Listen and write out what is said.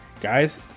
Guys